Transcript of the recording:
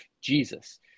Jesus